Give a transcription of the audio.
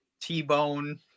T-Bone